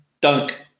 Dunk